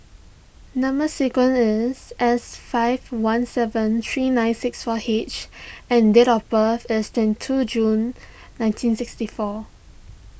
Number Sequence is S five one seven three nine six four H and date of birth is twenty two June nineteen sixty four